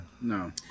No